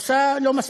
עושה לא מספיק,